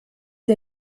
der